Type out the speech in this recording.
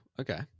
okay